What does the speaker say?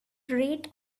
rate